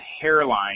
Hairline